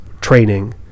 training